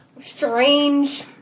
strange